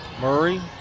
Murray